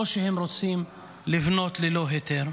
לא שהם רוצים לבנות ללא היתר.